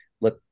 let